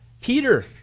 Peter